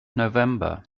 november